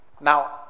Now